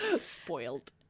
spoiled